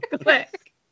Click